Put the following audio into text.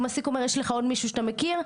המעסיק שואל יש לך עוד מישהו שאתה מכיר,